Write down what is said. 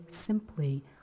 simply